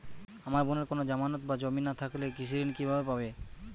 আমার বোনের কোন জামানত বা জমি না থাকলে কৃষি ঋণ কিভাবে পাবে?